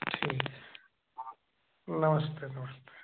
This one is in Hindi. ठीक है नमस्ते नमस्ते